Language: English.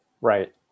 Right